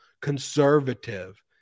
conservative